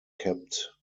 kept